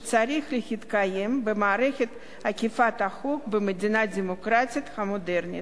שצריך להתקיים במערכת אכיפת החוק במדינה דמוקרטית מודרנית.